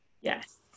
Yes